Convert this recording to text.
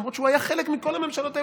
למרות שהוא היה חלק מכל הממשלות האלה,